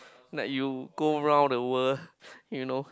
like you go round the world you know